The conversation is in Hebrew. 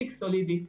תיק סולידי.